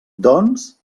doncs